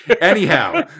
Anyhow